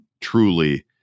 truly